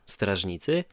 Strażnicy